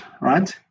right